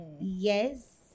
Yes